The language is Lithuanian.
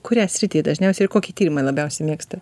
kurią sritį dažniausia ir kokį tyrimą labiausia mėgsta